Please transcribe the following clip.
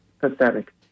pathetic